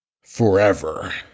Forever